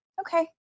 okay